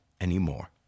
anymore